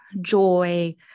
joy